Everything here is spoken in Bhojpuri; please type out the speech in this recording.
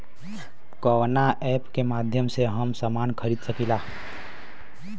कवना ऐपके माध्यम से हम समान खरीद सकीला?